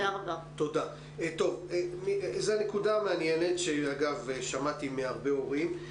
זו נקודה מעניינת, שאגב, שמעתי מהרבה הורים.